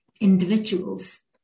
individuals